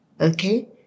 okay